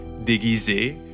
déguisé